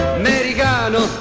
americano